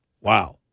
Wow